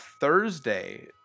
Thursday